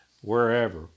wherever